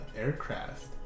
aircraft